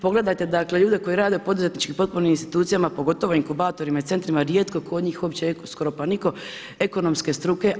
Pogledajte dakle, ljude koji rade u poduzetničkim potpornim institucijama, pogotovo u inkubatorima i centrima, rijetko tko od njih uopće, skoro pa nitko, ekonomske struke.